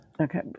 Okay